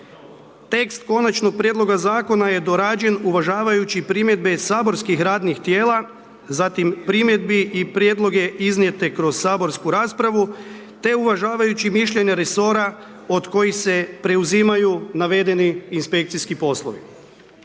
Tekst Konačnog prijedloga Zakona je dorađen uvažavajući primjedbe saborskih radnih tijela, zatim primjedbi i prijedloge iznijete kroz saborsku raspravu, te uvažavajući mišljenja resora od kojih se preuzimaju navedeni inspekcijski poslovi.